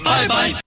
Bye-bye